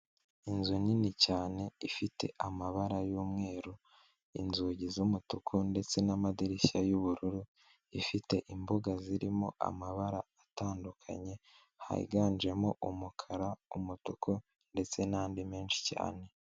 Inzu nini cyane, ifite amabara y'umweru, inzugi z'umutuku ndetse n'amadirishya y'ubururu, ifite imbuga zirimo amabara atandukanye, higanjemo umukara, umutuku ndetse n'andi menshi cyane.